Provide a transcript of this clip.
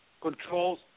controls